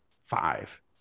five